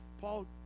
Paul